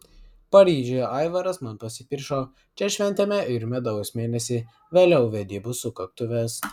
paryžiuje aivaras man pasipiršo čia šventėme ir medaus mėnesį vėliau vedybų sukaktuves